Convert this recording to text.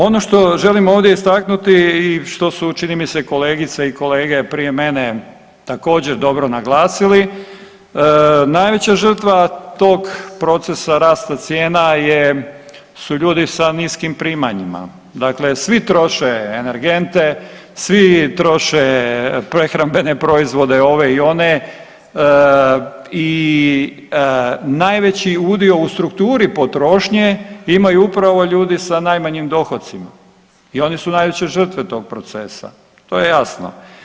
Ono što želim ovdje istaknuti i što su čini mi se kolegice i kolege prije mene također dobro naglasili, najveća žrtva tog procesa rasta cijena su ljudi sa niskim primanjima, dakle svi troše energente, svi troše prehrambene proizvode i ove i one i najveći udio u strukturi potrošnje imaju upravo ljudi sa najmanjim dohocima i oni su najveće žrtve tog procesa, to je jasno.